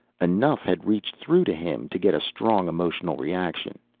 enough had reached through to him to get a strong emotional reaction.